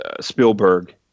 Spielberg